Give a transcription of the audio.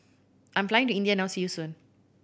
I am flying to India now see you soon